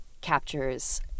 captures